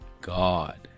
God